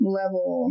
level